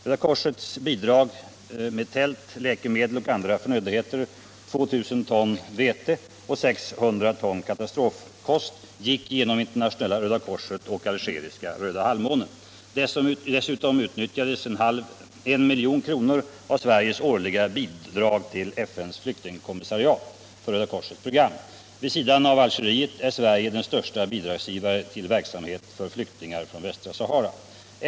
Röda korsets bidrag med tält, läkemedel och andra förnödenheter, 2 000 ton vete och 600 ton katastrofkost gick genom Internationella röda korset och Algeriska röda halvmånen. Dessutom utnyttjades 1 milj.kr. av Sveriges årliga bidrag till FN:s flyktingkommissariat för Röda korsets program. Vid sidan av Algeriet är Sverige den största bidragsgivaren till verksamhet för flyktingar från västra Sahara.